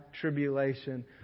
tribulation